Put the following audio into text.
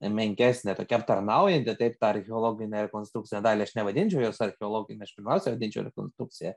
menkesnė tokia aptarnaujanti taip tą archeologinę rekonstrukciją dalį aš nevadinčiau jos archeologine aš pirmiausia vadinčiau rekonstrukcija